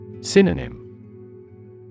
Synonym